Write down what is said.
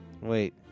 Wait